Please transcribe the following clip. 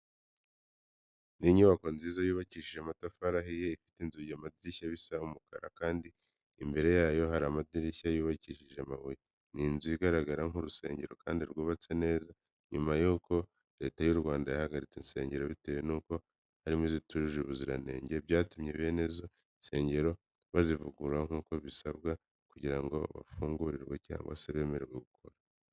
Ni inyubako nziza yubakishije amatafari ahiye, ifte inzugi n'amadirishya bisa umukara, kandi imbere yayo hari amadarajya yubakishije amabuye. Ni inzu igaragara nk'urusengero kandi rwubatswe neza. Nyuma yuko Leta y'u Rwanda yahagaritse insengero bitewe n'uko harimo izitujuje ubuziranenge, byatumye bene izo nsengero bazivugurura nk'uko byasabwaga kugira ngo bafungurirwe cyangwa se bemererwe gukora.